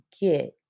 get